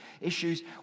issues